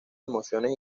emociones